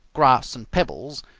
grass, and pebbles,